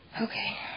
Okay